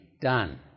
done